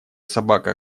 собака